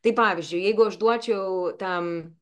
tai pavyzdžiui jeigu aš duočiau tam